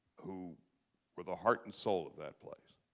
who were the heart and soul of that place